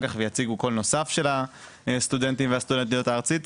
כך ויציג קול נוסף של הסטודנטים והסטודנטיות הארצית.